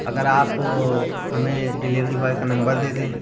اگر آپ ہمیں ڈیلیوری بوائے کا نمبر دے دیں